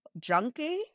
junkie